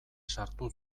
sartu